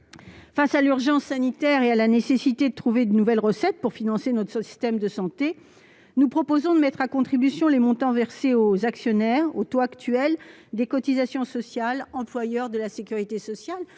Face à l'urgence sanitaire et à la nécessité de trouver de nouvelles recettes pour financer notre système de santé, nous proposons de mettre à contribution les montants versés aux actionnaires aux taux actuels des cotisations sociales employeurs de la sécurité sociale.